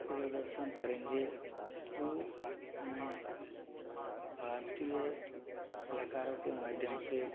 प्रदर्शन करेंगे तो उन्हें भारतीय कलाकारों के माध्यम से